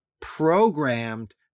programmed